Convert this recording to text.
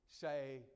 say